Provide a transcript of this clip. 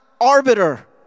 arbiter